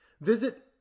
Visit